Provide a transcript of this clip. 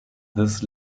this